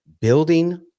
building